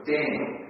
Daniel